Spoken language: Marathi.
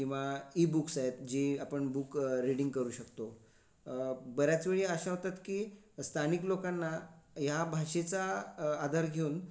किंवा ईबुक्स आहेत जी आपण बुक रिडींग करू शकतो बऱ्याच वेळी अशा होतात की स्थानिक लोकांना या भाषेचा आधार घिऊन